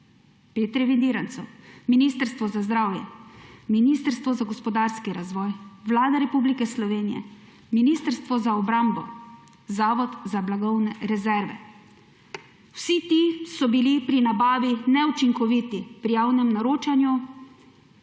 5 revidirancev: Ministrstvo za zdravje, Ministrstvo za gospodarski razvoj, Vlada Republike Slovenije, Ministrstvo za obrambo, Zavod za blagovne rezerve. Vsi ti so bili neučinkoviti pri javnem naročanju